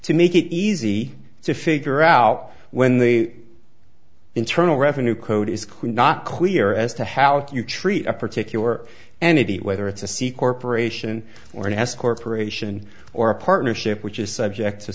to make it easy to figure out when the internal revenue code is clear not clear as to how you treat a particular entity whether it's a c corporation or an s corporation or a partnership which is subject to